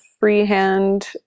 freehand